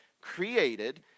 created